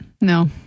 no